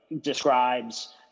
describes